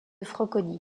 franconie